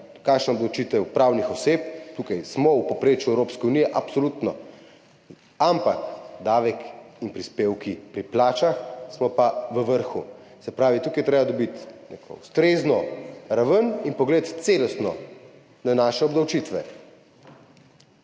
je obdavčitev pravnih oseb, tukaj smo v povprečju Evropske unije, absolutno, ampak pri davku in prispevkih pri plačah smo pa v vrhu. Se pravi, tukaj je treba dobiti neko ustrezno raven in celosten pogled na naše obdavčitve.